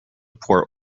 port